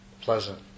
pleasant